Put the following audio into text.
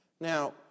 Now